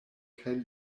kaj